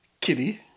kitty